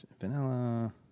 Vanilla